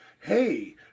Hey